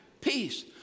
peace